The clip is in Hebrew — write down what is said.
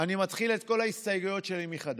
אני מתחיל את כל ההסתייגויות שלי מחדש.